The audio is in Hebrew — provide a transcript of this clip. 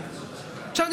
עכשיו,